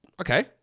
okay